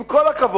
עם כל הכבוד,